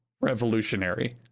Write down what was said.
revolutionary